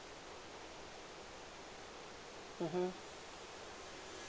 mmhmm